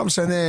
לא משנה,